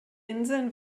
inseln